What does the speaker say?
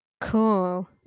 Cool